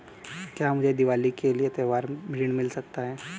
क्या मुझे दीवाली के लिए त्यौहारी ऋण मिल सकता है?